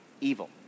evil